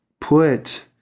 put